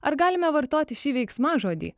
ar galime vartoti šį veiksmažodį